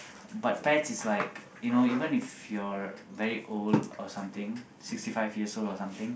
but pets is like you know even if you're very old or something sixty five years old or something